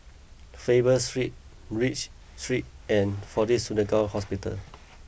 Faber Street Read Street and Fortis Surgical Hospital